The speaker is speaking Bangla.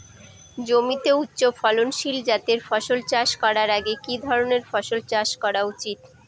জমিতে উচ্চফলনশীল জাতের ফসল চাষ করার আগে কি ধরণের ফসল চাষ করা উচিৎ?